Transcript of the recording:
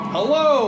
Hello